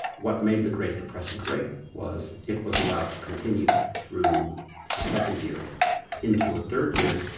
what made the great depression great was it was allowed to continue through a second year into a third year,